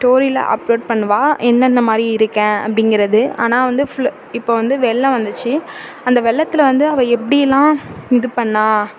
ஸ்டோரியில upload பண்ணுவா எந்தெந்த மாதிரி இருக்கேன் அப்படிங்கிறது ஆனால் வந்து ஃபுல் இப்போ வந்து வெள்ளம் வந்துச்சு அந்த வெள்ளத்தில் வந்து அவ எப்படி எல்லாம் இது பண்ணால்